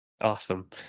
Awesome